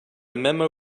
memo